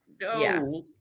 no